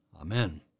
Amen